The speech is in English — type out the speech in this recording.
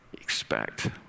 expect